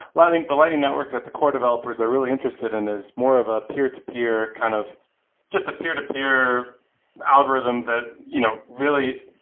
the lightning network that the core developers are really interested in is more of a peer-to-peer kind of just a peer-to-peer algorithm that you know really